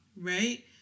Right